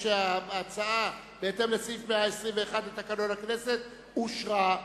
שההצעה בהתאם לסעיף 121 לתקנון הכנסת אושרה.